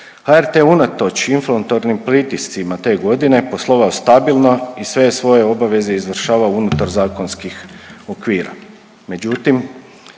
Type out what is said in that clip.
HRT unatoč inflatornim pritiscima te godine poslovao je stabilno i sve svoje obaveze izvršavao unutar zakonskih okvira.